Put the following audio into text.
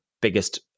biggest